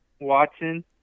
Watson